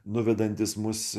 nuvedantis mus